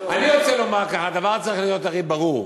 אני רוצה לומר כך, הדבר צריך להיות הכי ברור.